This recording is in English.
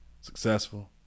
successful